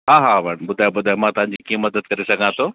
हा हा भेण ॿुधायो ॿुधायो मां तव्हांजी कीअं मदद करे सघां थो